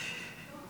נתקבלה.